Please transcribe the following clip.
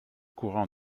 courant